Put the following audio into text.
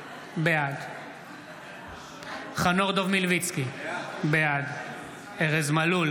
בעד חנוך דב מלביצקי, בעד ארז מלול,